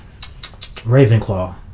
Ravenclaw